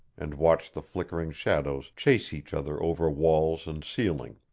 and watched the flickering shadows chase each other over walls and ceiling.